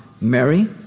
Mary